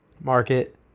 market